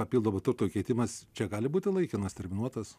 papildomo turto įkeitimas čia gali būti laikinas terminuotas